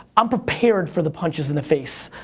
i'm prepared for the punches in the face.